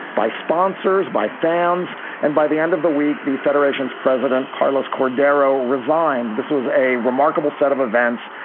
by sponsors, by fans and by the end of the week. the federation's president, carlos cordero, resigned. this was a remarkable set of events.